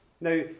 Now